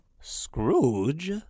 Scrooge